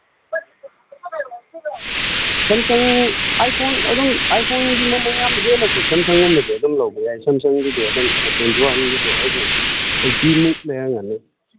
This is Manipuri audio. ꯁꯦꯝꯁꯪ ꯑꯥꯏ ꯐꯣꯟ ꯑꯗꯨꯝ ꯑꯥꯏ ꯐꯣꯟꯒꯤ ꯃꯃꯟ ꯌꯥꯝ ꯍꯦꯟꯂꯁꯨ ꯁꯦꯝꯁꯪꯒꯨꯝꯕꯁꯦ ꯑꯗꯨꯝ ꯂꯧꯕ ꯌꯥꯏ ꯁꯦꯝꯁꯪꯒꯤꯗꯤ ꯑꯗꯨꯝ ꯇ꯭ꯋꯦꯟꯇꯤ ꯋꯥꯟꯒꯤꯗꯣ ꯍꯧꯖꯤꯛ ꯑꯩꯠꯇꯤꯃꯨꯛ ꯂꯩꯔꯝꯒꯅꯤ